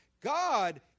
God